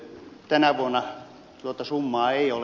tänä vuonna tuota summaa ei ole